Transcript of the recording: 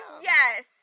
Yes